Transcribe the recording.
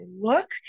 look